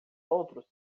outros